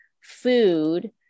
food